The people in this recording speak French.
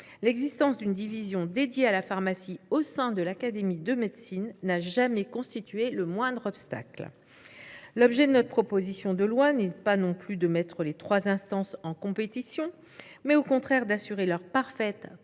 l’existence d’une division dédiée à la pharmacie au sein de l’Académie nationale de médecine n’a jamais constitué le moindre obstacle. L’objet de notre proposition de loi n’est pas non plus de mettre les trois instances en compétition, il est au contraire d’assurer leur parfaite